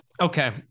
Okay